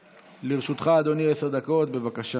לרשותך, אדוני, עשר דקות, בבקשה.